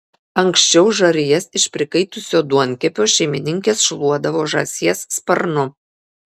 anksčiau žarijas iš prikaitusio duonkepio šeimininkės šluodavo žąsies sparnu